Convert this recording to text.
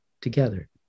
Together